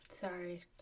Sorry